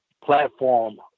Platform